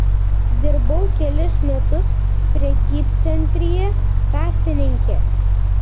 dirbau kelis metus prekybcentryje kasininke